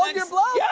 like your bluff. yeah